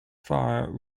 fire